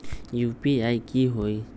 UPI की होई?